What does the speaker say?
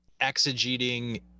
exegeting